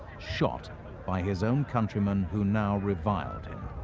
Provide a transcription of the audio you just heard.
shot by his own countrymen who now reviled him.